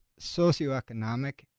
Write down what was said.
socioeconomic